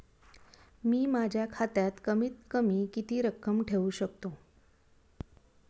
मी माझ्या खात्यात कमीत कमी किती रक्कम ठेऊ शकतो?